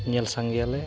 ᱧᱮᱞ ᱥᱟᱸᱜᱮᱭᱟᱞᱮ